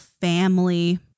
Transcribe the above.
family